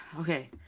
Okay